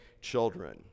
children